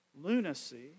lunacy